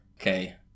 okay